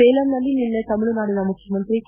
ಸೇಲಂನಲ್ಲಿ ನಿನ್ನೆ ತಮಿಳುನಾಡಿನ ಮುಖ್ಯಮಂತ್ರಿ ಕೆ